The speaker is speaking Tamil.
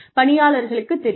பணியாளர்களுக்கு தெரியும்